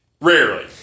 Rarely